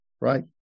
right